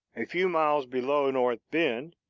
a few miles below north bend,